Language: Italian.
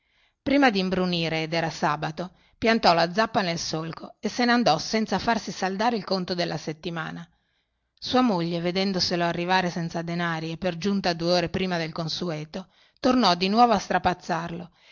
prima dimbrunire ed era sabato piantò la zappa nel solco e se ne andò senza farsi saldare il conto della settimana sua moglie vedendoselo arrivare senza denari e per giunta due ore prima del consueto tornò di nuovo a